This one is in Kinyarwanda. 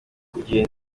kugenda